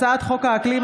הצעת חוק האקלים,